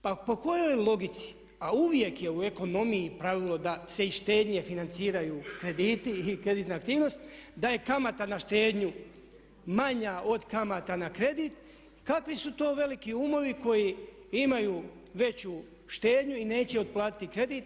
Pa po kojoj logici, a uvijek je u ekonomiji pravilo da se iz štednje financiraju krediti i kreditna aktivnost, da je kamata na štednju manja od kamata na kredit, kakvi su to veliki umovi koji imaju veću štednju i neće otplatiti kredit.